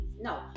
No